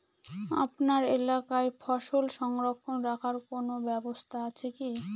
আপনার এলাকায় ফসল সংরক্ষণ রাখার কোন ব্যাবস্থা আছে কি?